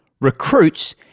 recruits